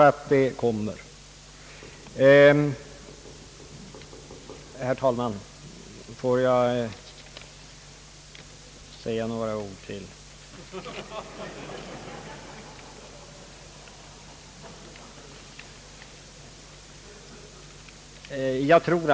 Låt mig säga några ord till, herr talman!